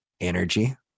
energy